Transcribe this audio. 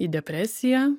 į depresiją